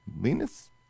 Linus